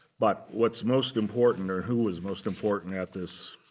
but what's most important, or who was most important at this